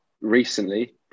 Recently